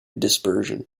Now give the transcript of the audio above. dispersion